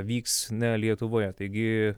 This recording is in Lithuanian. vyks ne lietuvoje taigi